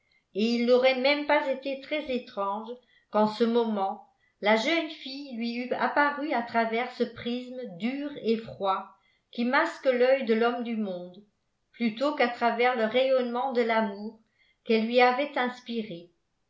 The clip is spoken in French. il n'aurait même pas été très étrange qu'en ce moment la jeune fille lui eût apparu à travers ce prisme dur et froid qui masque l'œil de l'homme du monde plutôt qu'à travers le rayonnement de l'amour qu'elle lui avait inspiré